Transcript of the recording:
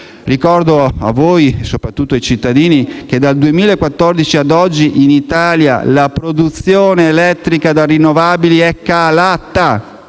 Ricordo a voi e soprattutto ai cittadini che dal 2014 ad oggi, in Italia, la produzione elettrica da rinnovabili è calata